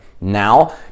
now